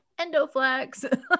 Endoflex